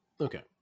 Okay